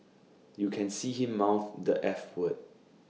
you can see him mouth the eff word